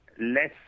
less